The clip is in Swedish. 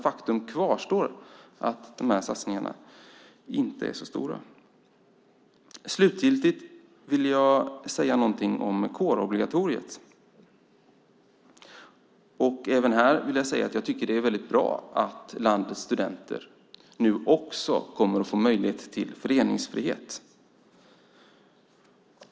Faktum kvarstår att de här satsningarna inte är så stora. Slutligen vill jag säga någonting om kårobligatoriet. Även här vill jag säga att jag tycker att det är väldigt bra att även landets studenter nu får möjlighet till föreningsfrihet.